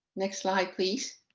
next slide please.